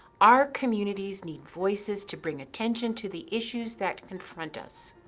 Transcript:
our communities need voices to bring attention to the issues that confront us.